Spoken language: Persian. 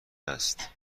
است